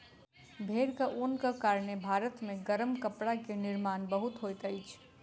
भेड़क ऊनक कारणेँ भारत मे गरम कपड़ा के निर्माण बहुत होइत अछि